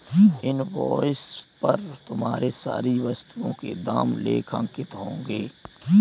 invoice पर तुम्हारे सारी वस्तुओं के दाम लेखांकित होंगे